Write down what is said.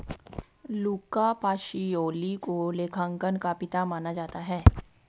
लुका Pacioli को लेखांकन का पिता माना जाता है